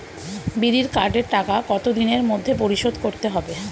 বিড়ির কার্ডের টাকা কত দিনের মধ্যে পরিশোধ করতে হবে?